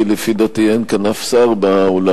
כי לפי דעתי אין כאן אף שר באולם.